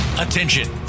Attention